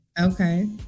Okay